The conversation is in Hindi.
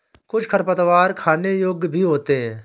कुछ खरपतवार खाने योग्य भी होते हैं